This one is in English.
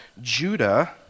Judah